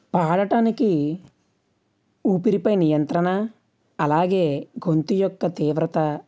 పాడటానికి ఊపిరిపై నియంత్రణ అలాగే గొంతు యొక్క తీవ్రత